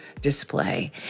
display